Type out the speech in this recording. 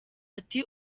ati